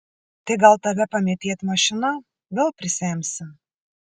tai gal tave pamėtėt mašina vėl prisemsi